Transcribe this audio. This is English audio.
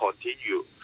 continue